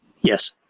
Yes